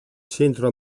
centro